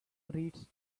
reeds